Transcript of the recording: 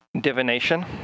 divination